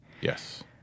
Yes